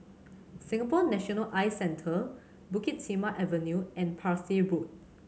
Singapore National Eye Center Bukit Timah Avenue and Parsi Road